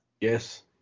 Yes